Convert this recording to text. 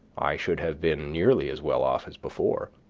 i should have been nearly as well off as before.